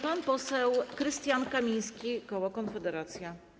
Pan poseł Krystian Kamiński, koło Konfederacja.